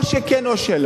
או שכן או שלא.